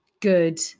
good